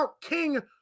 king